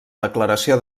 declaració